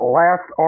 last